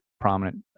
prominent